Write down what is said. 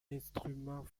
instrument